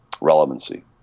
relevancy